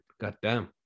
goddamn